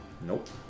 Nope